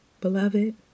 Beloved